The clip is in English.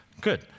Good